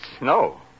No